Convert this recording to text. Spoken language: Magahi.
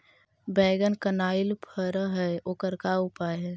बैगन कनाइल फर है ओकर का उपाय है?